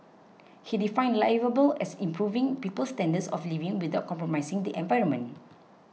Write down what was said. he defined liveable as improving people's standards of living without compromising the environment